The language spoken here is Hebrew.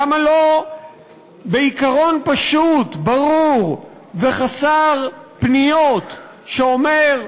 למה לא בעיקרון פשוט, ברור וחסר פניות שאומר: